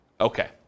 Okay